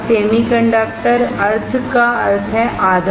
semiconductor semi का अर्थ है आधा